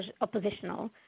oppositional